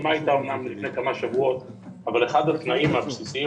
הלחימה הייתה אמנם לפני כמה שבועות אבל אחד התנאים הבסיסיים